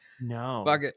No